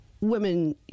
women